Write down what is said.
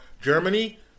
Germany